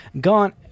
gone